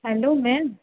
hello ma'am